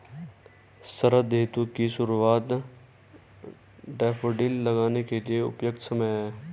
शरद ऋतु की शुरुआत डैफोडिल लगाने के लिए उपयुक्त समय है